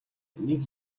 нэг